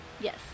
Yes